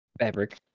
Fabric